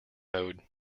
mode